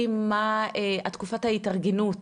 מה קורה בתקופת ההתארגנות